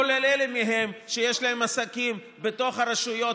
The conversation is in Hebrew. כולל אלה מהם שיש להם עסקים בתוך רשויות